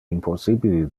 impossibile